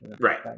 Right